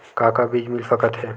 का का बीज मिल सकत हे?